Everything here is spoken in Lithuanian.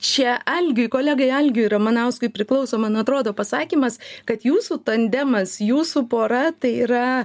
čia algiui kolegai algiui ramanauskui priklauso man atrodo pasakymas kad jūsų tandemas jūsų pora tai yra